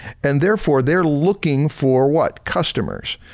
and therefore, they're looking for what? customers,